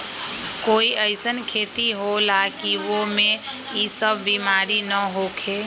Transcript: कोई अईसन खेती होला की वो में ई सब बीमारी न होखे?